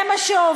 זה מה שעובר,